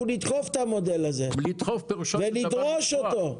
אנחנו נדחוף את המודל הזה ונדרוש אותו.